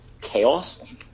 chaos